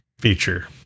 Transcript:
feature